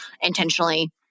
intentionally